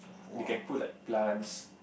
you can put like plants